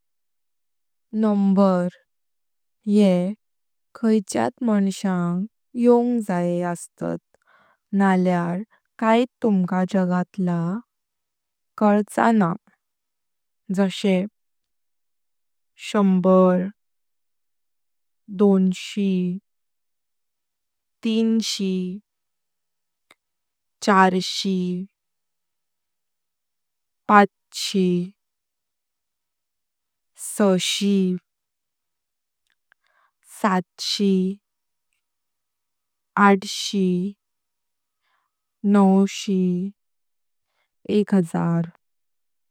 नम्बर ये खायच्यात मंशयांग योङ जाये नल्यार काइट तुमका कल्पचा न्हा। जशे शंभर, दोशी, तिमाही, चारशी, पात्शी, साह्शी, साठ्शी, आठ्शी, नव्शी, एक हजार।